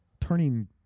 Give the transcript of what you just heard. turning